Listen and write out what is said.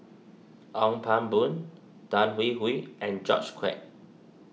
Ong Pang Boon Tan Hwee Hwee and George Quek